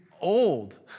old